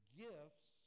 gifts